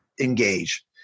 engage